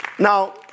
Now